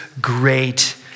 great